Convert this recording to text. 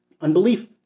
Unbelief